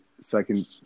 second